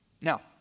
Now